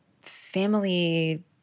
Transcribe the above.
family